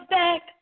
back